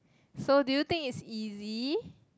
so do you think it's easy